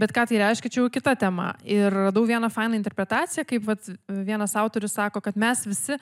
bet ką tai reiškia čia jau kita tema ir radau vieną fainą interpretaciją kaip vat vienas autorius sako kad mes visi